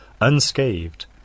unscathed